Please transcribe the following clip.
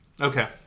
Okay